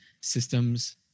systems